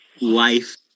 life